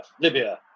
Libya